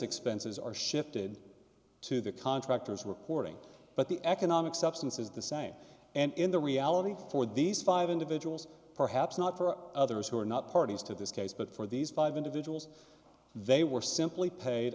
expenses are shifted to the contractors reporting but the economic substance is the same and in the reality for these five individuals perhaps not for others who are not parties to this case but for these five individuals they were simply paid